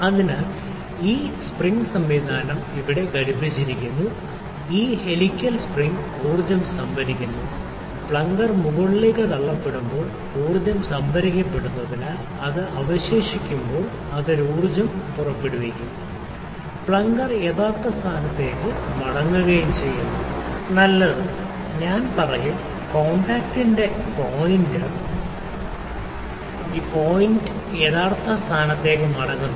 അതിനാൽ ഈ സ്പ്രിംഗ് സംവിധാനം ഇവിടെ ഘടിപ്പിച്ചിരിക്കുന്നു ഈ ഹെലിക്കൽ സ്പ്രിംഗ് ഊർജ്ജം സംഭരിക്കുന്നു പ്ലങ്കർ മുകളിലേക്ക് തള്ളപ്പെടുമ്പോൾ ഊർജ്ജം സംഭരിക്കപ്പെടുന്നതിനാൽ അത് അവശേഷിക്കുമ്പോൾ അത് ഒരു ഊർജ്ജം പുറപ്പെടുവിക്കുകയും പ്ലങ്കർ യഥാർത്ഥ സ്ഥാനത്തേക്ക് മടങ്ങുകയും ചെയ്യുന്നു നല്ലത് ഞാൻ പറയും കോൺടാക്റ്റിന്റെ പോയിന്റർ പോയിന്റ് യഥാർത്ഥ സ്ഥാനത്തേക്ക് മടങ്ങുന്നു